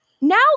Now